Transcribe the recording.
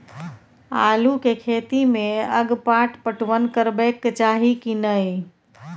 आलू के खेती में अगपाट पटवन करबैक चाही की नय?